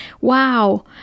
wow